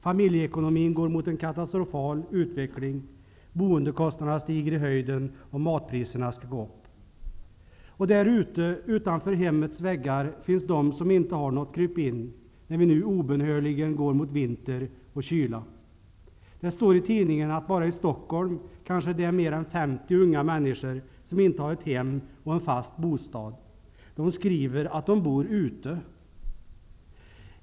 Familjeekonomin går mot en katastrofal utveckling, boendekostnaderna stiger i höjden och matpriserna skall gå upp. Och där ute, utanför hemmets väggar, finns de som inte har något krypin när vi nu obönhörligen går mot vinter och kyla. Det står i tidningen att bara i Stockholm kanske det är mer än 50 unga människor som inte har ett hem och en fast bostad. De skriver att de bor ute!